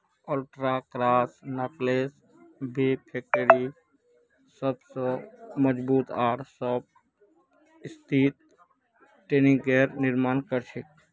ultra cross knotless web factory सबस मजबूत आर सबस स्थिर नेटिंगेर निर्माण कर छेक